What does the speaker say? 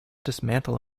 dismantle